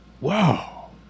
Wow